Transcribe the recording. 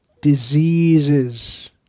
diseases